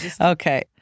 Okay